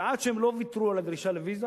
ועד שהם לא ויתרו על הדרישה לוויזה